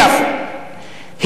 הפגינו ביפו,